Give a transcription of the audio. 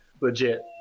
legit